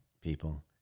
people